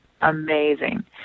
amazing